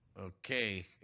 Okay